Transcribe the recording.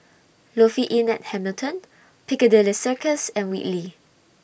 Lofi Inn At Hamilton Piccadilly Circus and Whitley